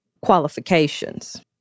qualifications